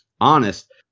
honest